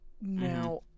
Now